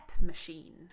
machine